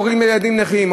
ואותם הורים לילדים נכים,